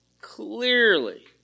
clearly